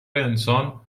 انسان